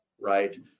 right